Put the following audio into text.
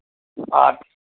अच्छा